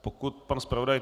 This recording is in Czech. Pokud pan zpravodaj...